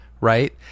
right